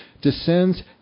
descends